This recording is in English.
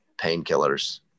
painkillers